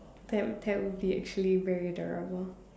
that would that would be actually very durable